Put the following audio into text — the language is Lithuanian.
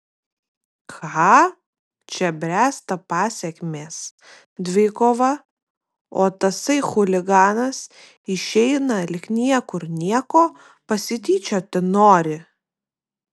ką čia bręsta pasekmės dvikova o tasai chuliganas išeina lyg niekur nieko pasityčioti nori